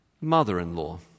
mother-in-law